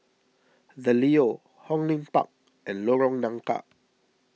the Leo Hong Lim Park and Lorong Nangka